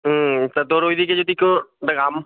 হুম তা তোর ওইদিকে যদি কেউ দেখ আম